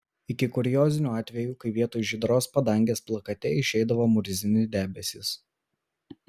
iki kuriozinių atvejų kai vietoj žydros padangės plakate išeidavo murzini debesys